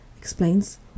explains